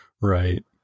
Right